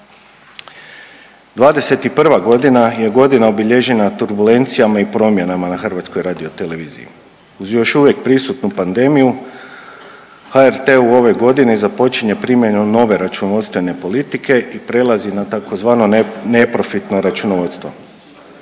'21. g. je godina obilježena turbulencijama i promjenama na HRT-u. Uz još uvijek prisutnu pandemiju HRT u ovoj godini započinje primjenu nove računovodstvene politike i prelazi na tzv. neprofitno računovodstvo.